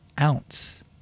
ounce